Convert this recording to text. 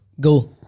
Go